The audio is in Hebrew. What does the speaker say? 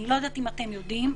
אני לא יודעת אם אתם יודעים,